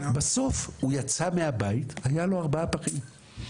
בסוף הוא יצא מהבית, היה לו ארבעה פחים.